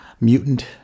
mutant